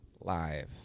live